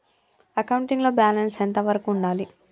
Accounting లో balance ఎంత వరకు ఉండాలి?